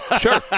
Sure